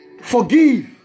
Forgive